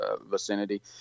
vicinity